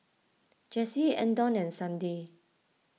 Jessie andon and Sandi